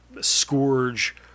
Scourge